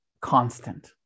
constant